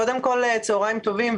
צוהריים טובים.